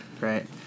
right